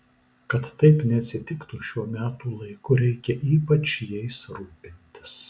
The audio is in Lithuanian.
kad taip neatsitiktų šiuo metų laiku reikia ypač jais rūpintis